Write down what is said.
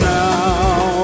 now